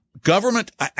government